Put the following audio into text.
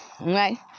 right